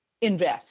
invest